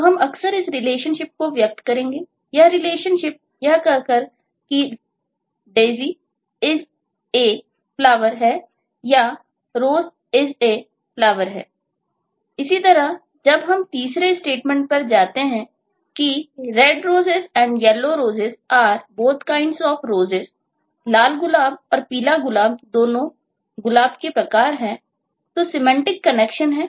तो हम अक्सर इस रिलेशनशिप है कि वे एक Daisy की तुलना में Rose के साथ संबंधित हैं